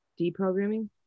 deprogramming